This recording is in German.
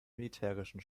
militärischen